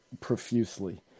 profusely